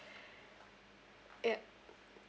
ya